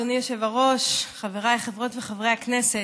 אדוני היושב-ראש, חבריי חברות וחברי הכנסת,